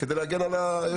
כדי להגן על התושבים שלהן.